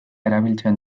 erabiltzen